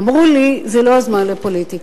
אמרו לי, זה לא הזמן לפוליטיקה.